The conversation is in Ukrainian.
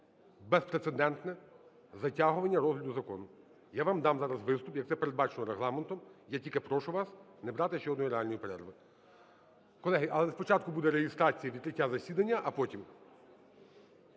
безпрецедентне затягування розгляду закону. Я вам дам зараз виступ як це передбачено Регламентом, я тільки прошу вас не брати ще одної реальної перерви. Колеги, але спочатку буде реєстрація, відкриття засідання, а потім…